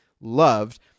loved